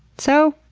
so,